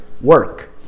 work